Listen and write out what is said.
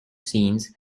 scenes